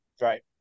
right